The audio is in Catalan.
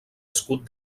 escut